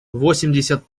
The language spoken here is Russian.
восемьдесят